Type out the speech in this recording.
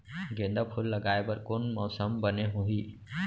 गेंदा फूल लगाए बर कोन मौसम बने होही?